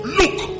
look